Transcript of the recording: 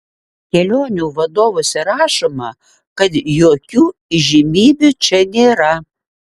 kelionių vadovuose rašoma kad jokių įžymybių čia nėra